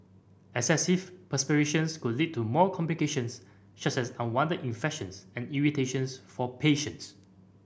excessive perspirations could lead to more complications such as unwanted infections and irritations for patients